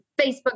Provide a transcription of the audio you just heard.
Facebook